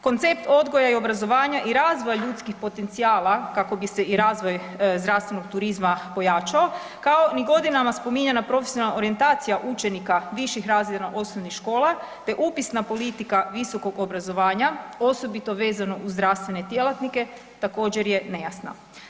Koncept odgoja i obrazovanja i razvoja ljudskih potencijala, kako bi se i razvoj zdravstvenog turizma pojačao, kao ni godinama spominjana profesionalna orijentacija učenika viših razreda osnovnih škola te upisna politika visokog obrazovanja, osobito vezano uz zdravstvene djelatnike, također je nejasna.